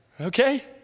Okay